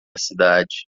cidade